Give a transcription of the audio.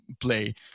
play